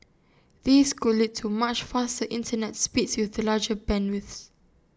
this could lead to much faster Internet speeds with larger bandwidths